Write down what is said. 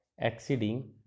exceeding